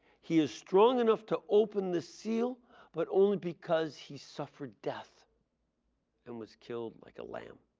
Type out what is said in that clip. he is strong enough to open the seal but only because he suffered death and was killed like a lamb.